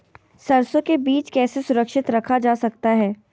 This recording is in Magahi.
सरसो के बीज कैसे सुरक्षित रखा जा सकता है?